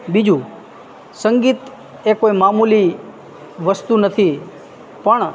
બીજું સંગીત એ કોઈ મામૂલી વસ્તુ નથી પણ